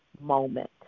moment